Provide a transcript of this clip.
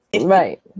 Right